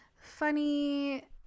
funny